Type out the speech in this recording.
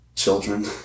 children